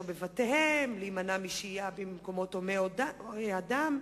בבתיהם ולהימנע משהייה במקומות הומי אדם.